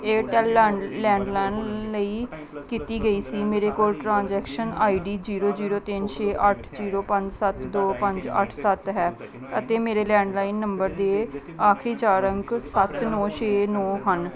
Airtel land landline ਲਈ ਕੀਤੀ ਗਈ ਸੀ ਮੇਰੇ ਕੋਲ transaction I D zero zero ਤਿੰਨ ਛੇ ਅੱਠ ਜੀਰੋ ਪੰਜ ਸੱਤ ਦੋ ਪੰਜ ਅੱਠ ਸੱਤ ਹੈ ਅਤੇ ਮੇਰੇ ਲੈਂਡਲਾਈਨ ਨੰਬਰ ਦੇ ਆਖਰੀ ਚਾਰ ਅੰਕ ਸੱਤ ਨੌਂ ਛੇ ਨੌਂ ਹਨ